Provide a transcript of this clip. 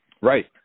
Right